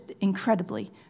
incredibly